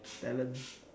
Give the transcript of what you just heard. talent